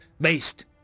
based